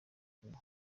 ukuntu